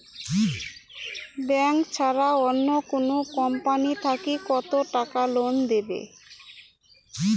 Bank ছাড়া অন্য কোনো কোম্পানি থাকি কত টাকা লোন দিবে?